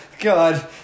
God